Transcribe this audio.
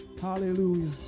Hallelujah